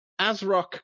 ASRock